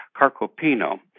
Carcopino